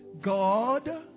God